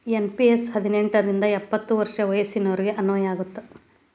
NPS ಹದಿನೆಂಟ್ ರಿಂದ ಎಪ್ಪತ್ ವರ್ಷ ವಯಸ್ಸಿನೋರಿಗೆ ಅನ್ವಯ ಆಗತ್ತ